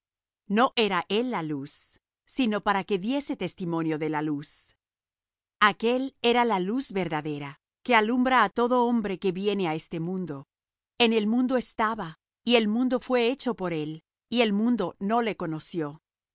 no era él la luz sino para que diese testimonio de la luz aquel era la luz verdadera que alumbra á todo hombre que viene á este mundo en el mundo estaba y el mundo fué hecho por él y el mundo no le conoció